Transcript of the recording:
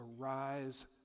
arise